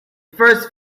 first